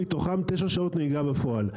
מתוכם תשע שעות נהיגה בפועל.